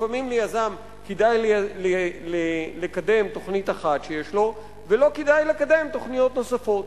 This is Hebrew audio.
לפעמים ליזם כדאי לקדם תוכנית אחת שיש לו ולא כדאי לקדם תוכניות נוספות.